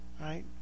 Right